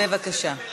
על מה אתה רוצה, ?